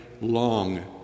long